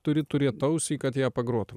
turi turėt ausį kad ją pagrotum